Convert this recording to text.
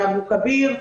מאבו כביר,